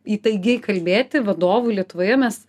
įtaigiai kalbėti vadovų lietuvoje mes